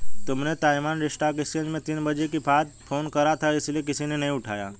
तुमने Taiwan stock exchange में तीन बजे के बाद फोन करा था इसीलिए किसी ने उठाया नहीं